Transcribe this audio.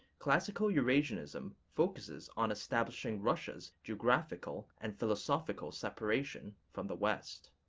classical eurasianism focuses on establishing russia's geographical and philosophical separation from the west.